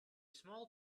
small